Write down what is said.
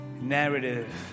narrative